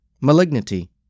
malignity